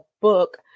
book